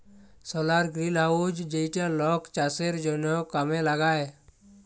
সলার greenhouse যেইটা লক চাষের জনহ কামে লাগায়